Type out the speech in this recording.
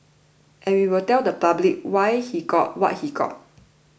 and we will tell the public why he got what he got